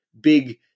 big